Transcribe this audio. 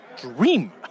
dream